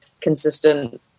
consistent